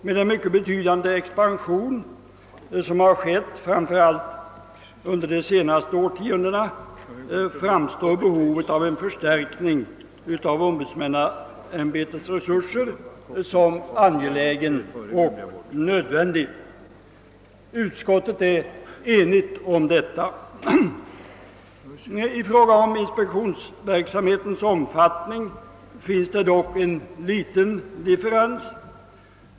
Med den mycket betydande expansion av den offentliga verksamheten som har skett framför allt under de senaste årtiondena framstår en förstärkning av ombudsmannaämbetets resurser som angelägen och nödvändig. Utskottet är enigt om denna bedömning. I fråga om inspektionsverksamhetens omfattning finns det dock en liten differens.